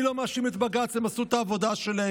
אני לא מאשים את בג"ץ, הם עשו את העבודה שלהם.